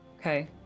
Okay